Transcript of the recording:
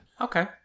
Okay